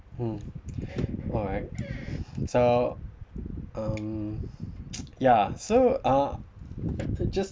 hmm alright so um ya so uh just